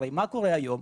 הרי מה קורה היום?